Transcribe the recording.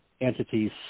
entities